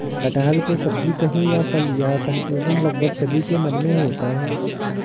कटहल को सब्जी कहें या फल, यह कन्फ्यूजन लगभग सभी के मन में होता है